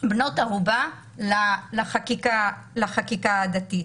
כבנות ערובה לחקיקה הדתית.